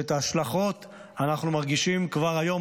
ואת ההשלכות אנחנו מרגישים כבר היום,